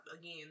Again